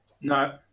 No